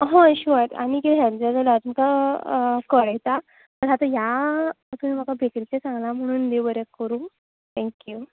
हय शुवर आनी कितें हॅल्प जाय जाल्यार हांव तुमका कळयता ह्या म्हाका बेक्रिचें सांगला म्हणून देव बरें करूं थँक्यू